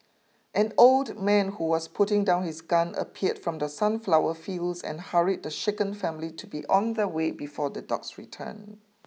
an old man who was putting down his gun appeared from the sunflower fields and hurried the shaken family to be on their way before the dogs return